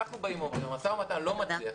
אנחנו באים ואומרים: המשא-ומתן לא מצליח,